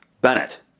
Bennett